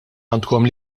għandkom